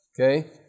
Okay